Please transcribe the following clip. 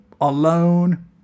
alone